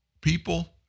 People